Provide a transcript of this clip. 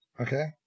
Okay